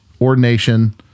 ordination